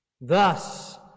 thus